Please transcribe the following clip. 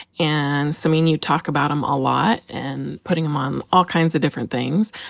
and samin, you talk about them a lot and putting them on all kinds of different things,